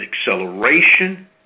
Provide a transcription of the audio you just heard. acceleration